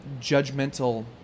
judgmental